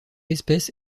espèce